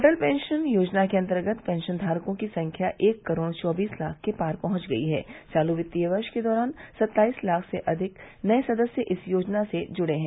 अटल pension Yojana के अन्तर्गत pension धारकों की संख्या एक करोड चैबीस लाख के पार पहंच गयी है चाल वित्त वर्ष के दौरान सत्ताइस लाख से अधिक नये सदस्य इस योजना से जुड़े हैं